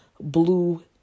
blue